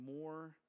more